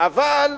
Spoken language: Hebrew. אבל,